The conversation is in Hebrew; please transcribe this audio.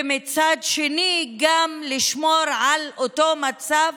ומצד שני לשמור לפחות על המצב